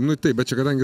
nu taip bet čia kadangi